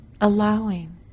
allowing